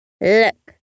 Look